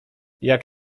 jak